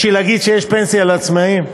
בשביל להגיד שיש פנסיה לעצמאים?